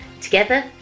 Together